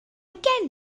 gen